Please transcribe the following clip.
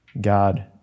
God